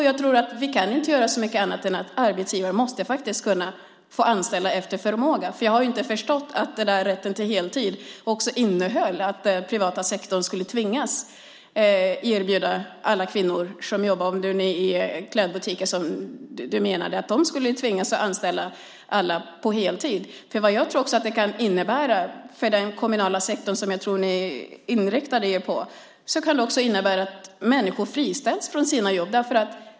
Jag tror inte att vi kan göra så mycket annat än att konstatera att arbetsgivaren måste få anställa efter förmåga. Jag hade inte förstått att rätten till heltid också innebar att den privata sektorn skulle tvingas erbjuda alla kvinnor som jobbar till exempel i klädbutiker anställning på heltid. När det gäller den kommunala sektorn, som jag trodde att ni inriktade er på, kan det innebära att människor friställs från sina jobb.